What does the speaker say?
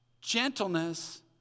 gentleness